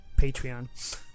Patreon